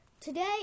today